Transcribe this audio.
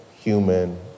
human